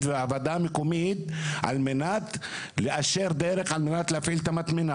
והוועדה המקומית על מנת להפעיל את המטמנה.